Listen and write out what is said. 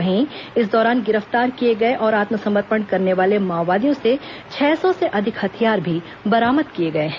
वहीं इस दौरान गिरफ्तार किए गए और आत्मसमर्पण करने वाले माओवादियों से छह सौ से अधिक हथियार भी बरामद किए गए हैं